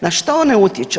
Na što one utječu?